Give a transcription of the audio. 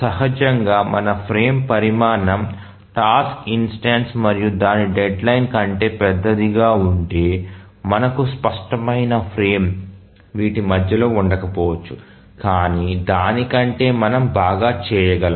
సహజంగానే మన ఫ్రేమ్ పరిమాణం టాస్క్ ఇన్స్టెన్సు మరియు దాని డెడ్లైన్ కంటే పెద్దదిగా ఉంటే మనకు స్పష్టమైన ఫ్రేమ్ వీటి మధ్యలో ఉండకపోవచ్చు కాని దాని కంటే మనం బాగా చేయగలం